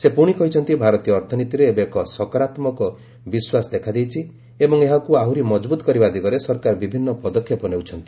ସେ ପୁଣି କହିଛନ୍ତି ଭାରତୀୟ ଅର୍ଥନୀତିରେ ଏବେ ଏକ ସକାରାତ୍ମକ ବିଶ୍ୱାସ ଦେଖାଦେଇଛି ଏବଂ ଏହାକୁ ଆହୁରି ମଜବୁତ କରିବା ଦିଗରେ ସରକାର ବିଭିନ୍ନ ପଦକ୍ଷେପ ନେଉଛନ୍ତି